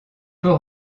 peut